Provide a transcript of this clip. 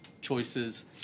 choices